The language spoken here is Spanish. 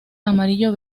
amarillo